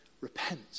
Repent